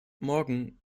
morgen